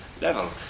level